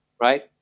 right